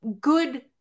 good